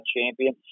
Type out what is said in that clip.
Champion